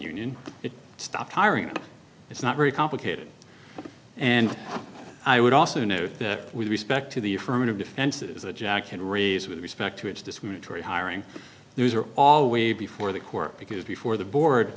union it stop hiring it's not very complicated and i would also note that with respect to the affirmative defenses that jack can raise with respect to its discriminatory hiring these are all way before the court because before the board